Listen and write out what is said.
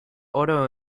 auto